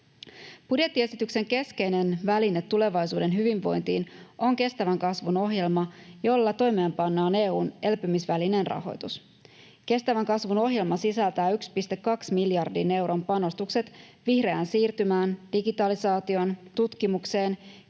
Budjettiesityksen keskeinen väline tulevaisuuden hyvinvointiin on kestävän kasvun ohjelma, jolla toimeenpannaan EU:n elpymisvälineen rahoitus. Kestävän kasvun ohjelma sisältää 1,2 miljardin euron panostukset vihreään siirtymään, digitalisaatioon, tutkimukseen,